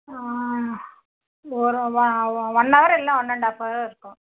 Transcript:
ஒரு one hour இல்லை one and half hour இருக்கும்